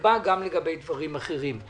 נקבע גם לגבי דברים אחרים.